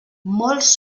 molts